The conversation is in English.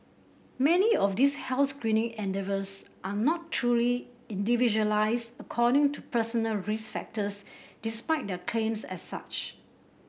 many of these health screening endeavours are not truly individualised according to personal risk factors despite their claims as such